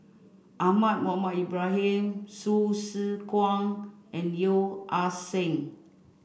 Ahmad Mohamed Ibrahim Hsu Tse Kwang and Yeo Ah Seng